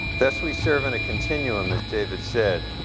thus we serve in a continuum as david said,